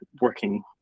working